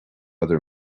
other